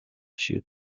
she